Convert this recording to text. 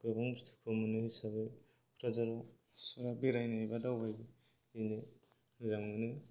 गोबां बुस्थुफोरखौ मोनो हिसाबै क'क्राजाराव बेरायनो एबा दावबायनो मोजां मोनो